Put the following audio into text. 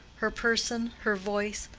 her person, her voice,